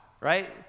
right